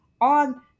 on